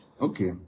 okay